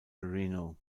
marino